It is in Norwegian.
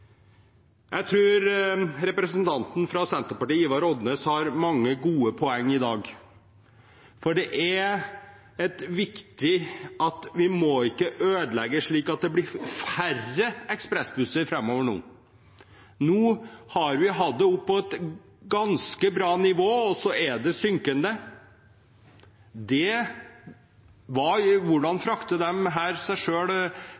Jeg tror representanten fra Senterpartiet Ivar Odnes har mange gode poeng i dag, for det er viktig at vi ikke må ødelegge, at det blir færre ekspressbusser framover. Nå har det vært på et ganske bra nivå, og det er synkende. Hvordan